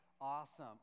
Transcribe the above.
Awesome